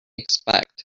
expect